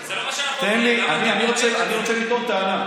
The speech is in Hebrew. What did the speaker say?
זה לא מה, אני רוצה לטעון טענה.